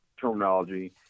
terminology